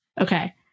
Okay